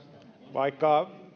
vaikka